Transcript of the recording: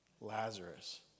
Lazarus